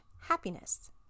happiness